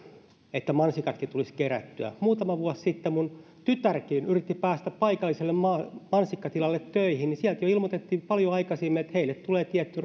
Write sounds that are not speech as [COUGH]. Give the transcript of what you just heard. että mansikatkin tulisi kerättyä muutama vuosi sitten kun minunkin tyttäreni yritti päästä paikalliselle mansikkatilalle töihin niin sieltä ilmoitettiin jo paljon aikaisemmin etukäteen että heille tulee tietty [UNINTELLIGIBLE]